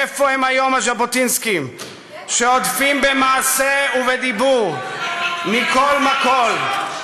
איפה הם היום הז'בוטינסקים שהודפים במעשה ובדיבור מכול וכול,